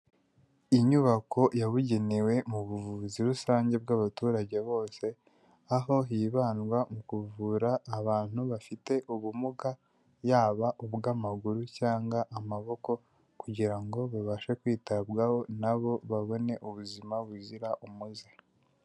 Inyubako yabugenewe mu buvuzi rusange bw'abaturage bose, aho hibandwa mu kuvura abantu bafite ubumuga yaba ubw'amaguru cyangwa amaboko, kugira ngo babashe kwitabwaho na bo babone ubuzima buzira umuze.